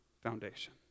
foundation